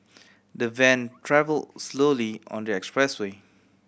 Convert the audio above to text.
the van travel slowly on the expressway